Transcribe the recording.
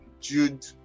Jude